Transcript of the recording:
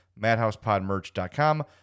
madhousepodmerch.com